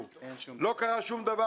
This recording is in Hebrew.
אנחנו מכירים,